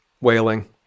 wailing